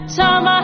time